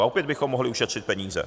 A opět bychom mohli ušetřit peníze.